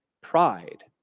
Pride